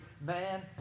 man